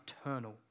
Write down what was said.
eternal